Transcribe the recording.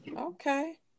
Okay